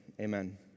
amen